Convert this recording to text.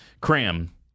Cram